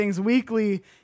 weekly